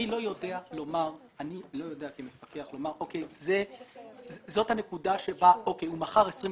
אני כמפקח לא יודע לומר שבסדר, הוא מכר 28